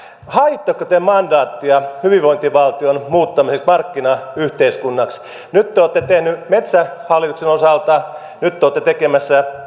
haitteko te mandaattia hyvinvointivaltion muuttamiseksi markkinayhteiskunnaksi nyt te olette tehnyt metsähallituksen osalta ja nyt te olette tekemässä